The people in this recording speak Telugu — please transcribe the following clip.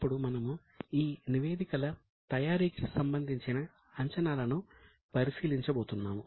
ఇప్పుడు మనము ఈ నివేదికల తయారీకి సంబంధించిన అంచనాలను పరిశీలించబోతున్నాము